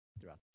throughout